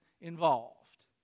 involved